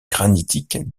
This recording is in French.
granitique